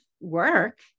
work